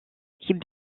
équipe